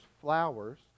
flowers